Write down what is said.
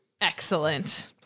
Excellent